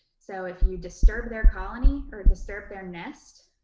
so if you disturb their colony or disturb their nest,